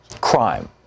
crime